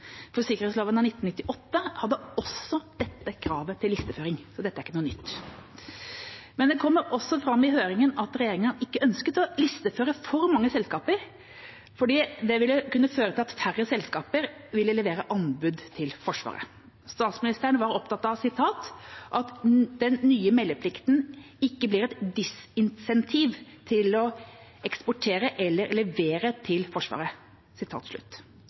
noe nytt. Det kommer også fram i høringen at regjeringa ikke ønsket å listeføre for mange selskaper, fordi det ville kunne føre til at færre selskaper ville levere anbud til Forsvaret. Statsministeren var opptatt av at «nye meldeplikter ikke blir et disincentiv til å eksportere eller levere til Forsvaret».